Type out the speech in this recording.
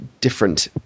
different